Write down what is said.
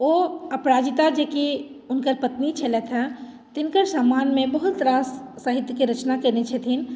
ओ अपराजिता जे कि हुनकर पत्नी छलथि हे तिनकर सम्मानमे बहुत रास साहित्यके रचना कयने छथिन